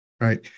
right